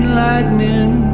lightning